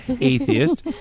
atheist